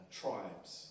tribes